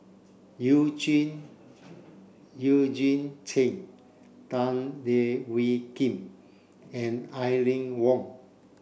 Eugene Eugene Chen Tan Leo Wee Hin and Aline Wong